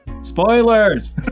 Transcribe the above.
Spoilers